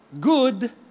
good